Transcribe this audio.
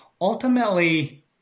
ultimately